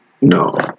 No